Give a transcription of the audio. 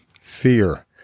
Fear